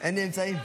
אמצעים.